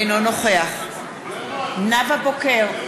אינו נוכח נאוה בוקר,